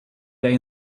day